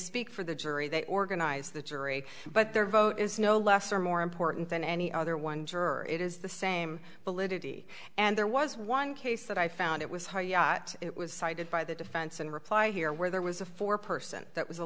speak for the jury they organize the jury but their vote is no less or more important than any other one juror it is the same bullet it and there was one case that i found it was high yat it was cited by the defense in reply here where there was a four person that was a